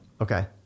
Okay